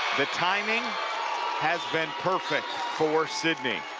the timing has been perfect for sidney.